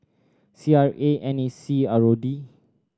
C R A N A C R O D